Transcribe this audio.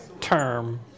term